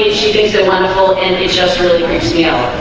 she thinks it wonderful and it's just early reveal